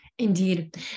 Indeed